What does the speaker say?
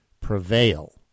prevail